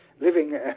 living